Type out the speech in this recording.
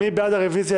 מי בעד הרביזיה?